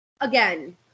Again